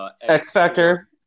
X-Factor